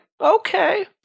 Okay